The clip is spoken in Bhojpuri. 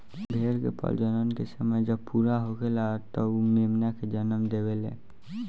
भेड़ के प्रजनन के समय जब पूरा होखेला त उ मेमना के जनम देवेले